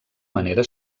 manera